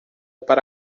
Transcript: para